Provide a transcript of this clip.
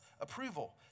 approval